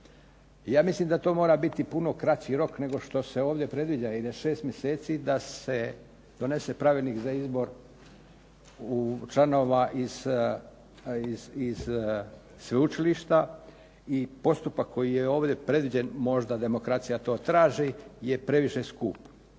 Ja mislim da to mora biti puno kraći rok nego što se ovdje predviđa i da 6 mjeseci da se donese pravilnik za izbor članova iz sveučilišta i postupak koji je ovdje predviđen, možda demokracija to traži, je previše skup.